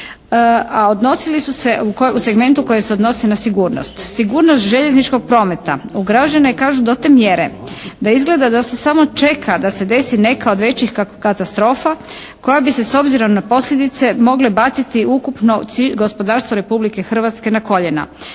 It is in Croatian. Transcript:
a odnosili su se u segmentu koji se odnosi na sigurnost. Sigurnost željezničkog prometa ugrožena je kažu do te mjere da izgleda da se samo čeka da se desi neka od većih katastrofa koja bi se s obzirom na posljedice mogle baciti ukupno … /Govornica se ne razumije./ … gospodarstvo Republike Hrvatske na koljena.